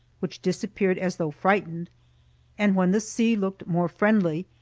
which disappeared as though frightened and when the sea looked more friendly,